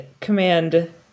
command